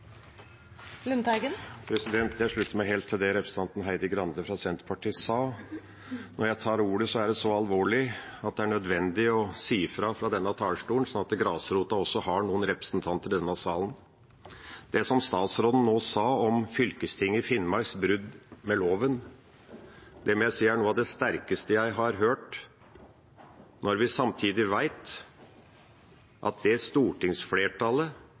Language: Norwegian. det fordi det er så alvorlig at det er nødvendig å si ifra fra denne talerstolen, slik at grasrota også har noen representanter i denne salen. Det som statsråden nå sa om fylkestinget i Finnmarks brudd med loven, må jeg si er noe av det sterkeste jeg har hørt, når vi samtidig vet at det er det som stortingsflertallet,